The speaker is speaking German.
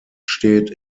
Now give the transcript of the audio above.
steht